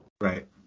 Right